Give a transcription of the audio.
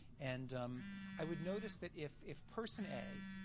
and i would notice that if if person a